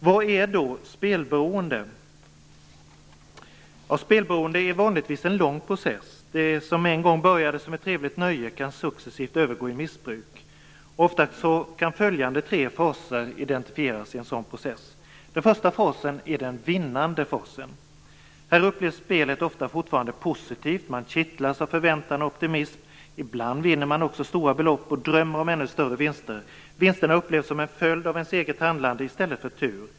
Vad är då spelberoende? Det är vanligtvis en lång process. Det som en gång började som ett trevligt nöje kan successivt övergå i ett missbruk. Ofta kan följande tre faser identifieras i en sådan process: Den första fasen är den vinnande fasen. Här upplevs spelet ofta fortfarande positivt. Man kittlas av förväntan och optimism. Ibland vinner man också stora belopp och drömmer om ännu större vinster. Vinsterna upplevs som en följd av ens eget handlande i stället för tur.